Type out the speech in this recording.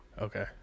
Okay